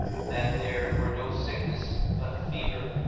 that there were no sickness but a fever,